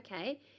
Okay